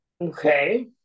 okay